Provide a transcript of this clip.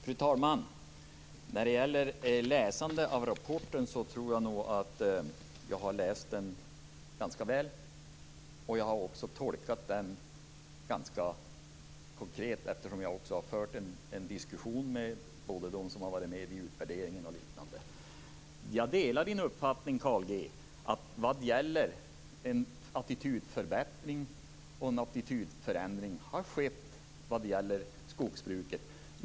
Fru talman! Jag tror nog att jag har läst rapporten ganska väl, och jag har tolkat den ganska konkret eftersom jag fört diskussioner med bl.a. dem som varit med vid utvärderingen. Jag delar Carl G Nilssons uppfattning om att det skett en attitydförändring och attitydförbättring i fråga om skogsbruket.